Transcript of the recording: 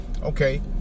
okay